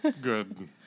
good